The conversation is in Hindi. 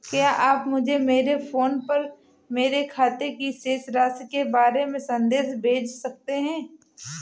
क्या आप मुझे मेरे फ़ोन पर मेरे खाते की शेष राशि के बारे में संदेश भेज सकते हैं?